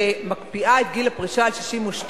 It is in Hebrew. שמקפיאה את גיל הפרישה על 62,